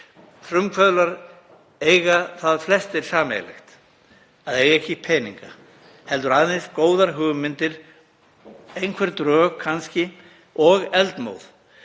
Frumkvöðlar eiga það flestir sameiginlegt að eiga ekki peninga heldur aðeins góðar hugmyndir, einhver drög kannski, og eldmóð.